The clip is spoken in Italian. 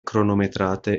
cronometrate